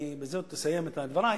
בזאת אסיים את דברי,